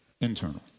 internal